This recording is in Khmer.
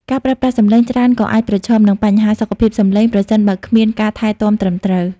ការប្រើប្រាស់សំឡេងច្រើនក៏អាចប្រឈមនឹង បញ្ហាសុខភាពសំឡេង ប្រសិនបើគ្មានការថែទាំត្រឹមត្រូវ។